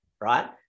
right